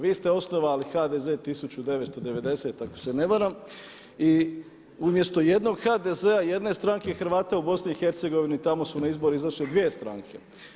Vi ste osnovali HDZ 1990. ako se ne varam i umjesto jednog HDZ-a i jedne stranke Hrvata u BiH tamo su na izbore izašle dvije stranke.